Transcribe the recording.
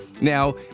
Now